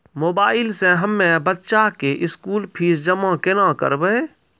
Mobile से हम्मय बच्चा के स्कूल फीस जमा केना करबै?